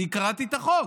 אני קראתי את החוק.